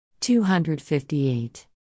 258